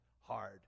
hard